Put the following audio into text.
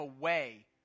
away